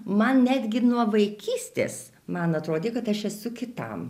man netgi nuo vaikystės man atrodė kad aš esu kitam